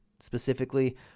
specifically